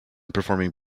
performing